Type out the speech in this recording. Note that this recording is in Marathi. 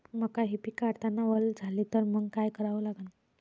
मका हे पिक काढतांना वल झाले तर मंग काय करावं लागन?